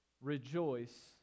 rejoice